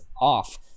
off